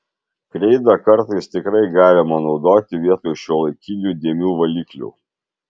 kreidą kartais tikrai galima naudoti vietoj šiuolaikinių dėmių valiklių